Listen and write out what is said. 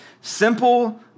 Simple